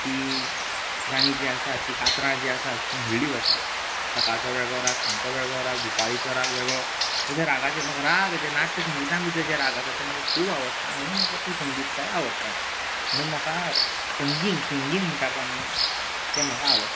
ती गाणीं जीं आसा तीं कातरां जीं आसात तीं म्हणली वता सकाळचो वेगवेगळो राग आनी सांचो वेगळो राग भुपाळीचो राग वेगळो अशे रागाचे म्हाका राग जे नाट्यसंगिता भितर जे राग आसा ते म्हाका खूब आवडटा म्हणून म्हाका ती संगीतकाय आवडटा म्हणून म्हाका संगीत सिंगींग म्हणटा पळय आमी तें म्हाका आवडटा